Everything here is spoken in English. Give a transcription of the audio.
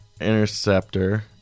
interceptor